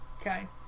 Okay